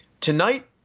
Tonight